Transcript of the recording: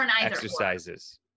exercises